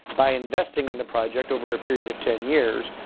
by investing in the project over a period of ten years,